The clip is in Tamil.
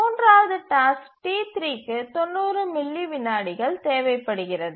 மூன்றாவது டாஸ்க் T3 க்கு 90 மில்லி விநாடிகள் தேவைப்படுகிறது